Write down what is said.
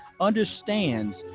understands